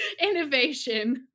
innovation